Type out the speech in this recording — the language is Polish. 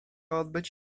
odbyć